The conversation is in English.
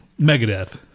Megadeth